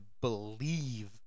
believe